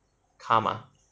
karma